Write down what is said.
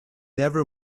never